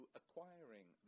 acquiring